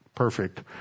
perfect